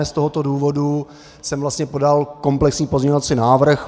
Z tohoto důvodu jsem vlastně podal komplexní pozměňovací návrh.